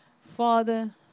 Father